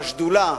בשדולה,